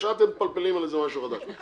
ישר אתם מתפלפלים על איזה משהו חדש.